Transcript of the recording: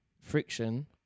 friction